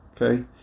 okay